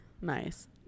Nice